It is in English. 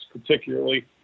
particularly